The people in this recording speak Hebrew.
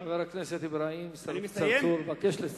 חבר הכנסת אברהים צרצור, אני מבקש לסיים.